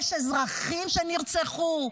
יש אזרחים שנרצחו?